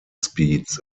speeds